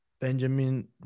Benjamin